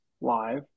live